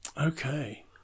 Okay